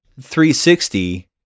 360